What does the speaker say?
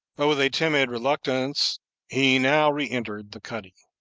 but with a timid reluctance he now re-entered the cuddy.